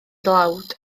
dlawd